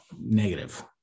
negative